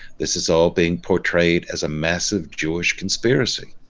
this is all being portrayed as a massive jewish conspiracy